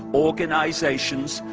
organizations,